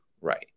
Right